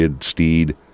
Steed